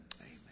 Amen